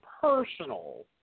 personal